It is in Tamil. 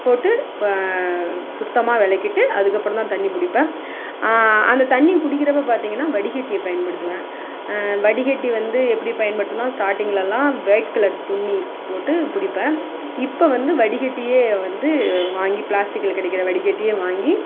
போட்டு சுத்தமாக வெளக்கிட்டு அதுக்கப்புறம் தான் தண்ணி பிடிப்பேன் அந்த தண்ணியை பிடிக்கிறப்ப பார்த்திங்கனா வடிகட்டியை பயன்படுத்துவேன் வடிகட்டி வந்து எப்படி பயன்படுத்தணும்னால் ஸ்டார்டிங்லலாம் வொயிட் கலர் துணி போட்டு பிடிப்பேன் இப்போ வந்து வடிகட்டியே வந்து வாங்கி ப்ளாஸ்டிக்கில் கிடைக்கிற வடிகட்டியே வாங்கி